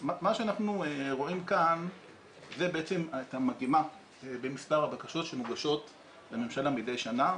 מה שאנחנו רואים כאן זה את המגמה במספר הבקשות שמוגשות לממשלה מדי שנה.